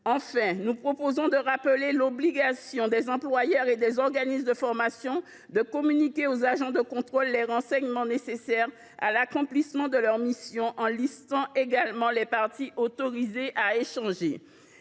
Enfin, nous proposons de rappeler l’obligation pour les employeurs et les organismes de formation de communiquer aux agents de contrôle les renseignements nécessaires à l’accomplissement de leurs missions, de dresser la liste des parties autorisées à échanger